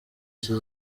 iki